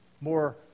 more